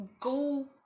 go